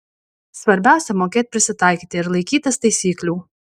svarbiausia mokėt prisitaikyti ir laikytis taisyklių